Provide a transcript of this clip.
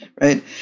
right